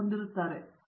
ಉಷಾ ಮೋಹನ್ ಹೌದು